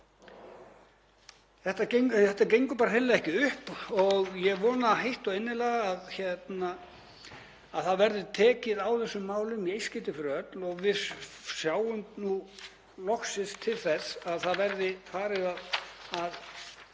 Þetta gengur hreinlega ekki upp. Ég vona heitt og innilega að það verði tekið á þessum málum í eitt skipti fyrir öll og við sjáum nú loksins til þess að það verði farið að